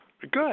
Good